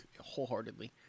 wholeheartedly